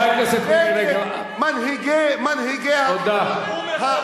מה שהתבטאה חברת הכנסת רגב נגד מנהיגי המחאה